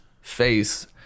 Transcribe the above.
face